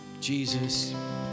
Jesus